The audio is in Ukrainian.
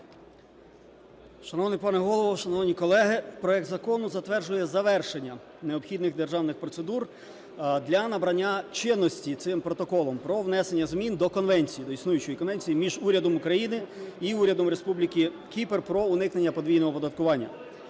Шановний пане Голово, шановні колеги! Проект закону затверджує завершення необхідних державних процедур для набрання чинності цим Протоколом про внесення змін до Конвенції, до існуючої Конвенції між Урядом України і Урядом Республіки Кіпр про уникнення подвійного оподаткування.